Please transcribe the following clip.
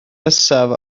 nesaf